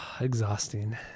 Exhausting